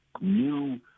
new